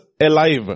alive